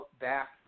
back